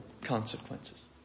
consequences